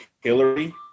Hillary